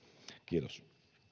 kiitos